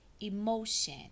emotion